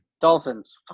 Dolphins